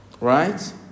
right